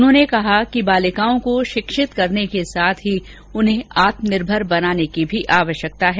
उन्होंने कहा कि बालिकाओं को शिक्षित करने के साथ ही उन्हें आत्मनिर्भर बनाने की भी आवश्यकता है